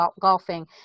golfing